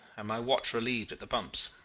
and my watch relieved at the pumps.